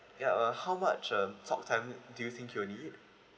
ya uh how much uh talk time do you think you would need